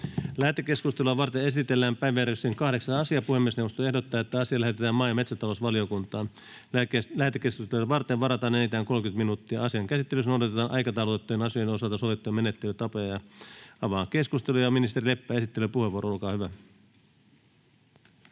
Lähetekeskustelua varten esitellään päiväjärjestyksen 8. asia. Puhemiesneuvosto ehdottaa, että asia lähetetään maa- ja metsätalousvaliokuntaan. Lähetekeskustelua varten varataan enintään 30 minuuttia. Asian käsittelyssä noudatetaan aikataulutettujen asioiden osalta sovittuja menettelytapoja. Avaan keskustelun. Ministeri Leppä, esittelypuheenvuoro, olkaa hyvä.